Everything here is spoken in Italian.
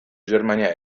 germania